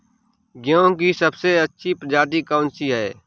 गेहूँ की सबसे अच्छी प्रजाति कौन सी है?